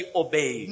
obey